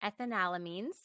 Ethanolamines